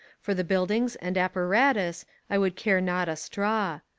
for the buildings and apparatus i would care not a straw.